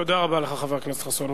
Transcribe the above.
תודה רבה לך, חבר הכנסת חסון.